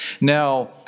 Now